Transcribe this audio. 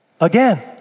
again